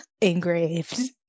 engraved